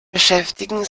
beschäftigen